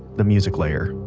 the music layer.